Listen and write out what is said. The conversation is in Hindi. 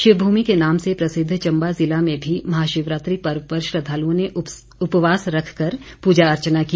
शिव भूमि के नाम से प्रसिद्ध चंबा ज़िला में भी महाशिवरात्रि पर्व पर श्रद्वालुओं ने उपवास रखकर प्रजा अर्चना की